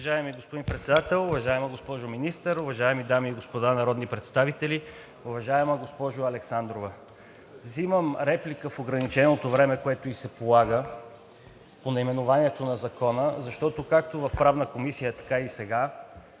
Уважаеми господин Председател, уважаема госпожо Министър, уважаеми дами и господа народни представители! Уважаема госпожо Александрова, взимам реплика в ограниченото време, което ѝ се полага по наименованието на Закона, защото както в Правна комисия, така и сега,